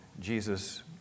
Jesus